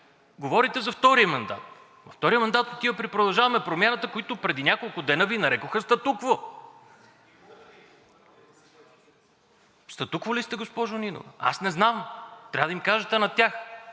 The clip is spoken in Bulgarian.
Говорите за втори мандат, но вторият мандат отива при „Продължаваме Промяната“, които преди няколко дена Ви нарекоха статукво. (Реплики.) Статукво ли сте, госпожо Нинова? Аз не знам, трябва да им кажете на тях,